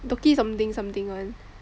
Dookki something something [one]